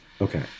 Okay